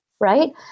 right